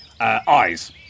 Eyes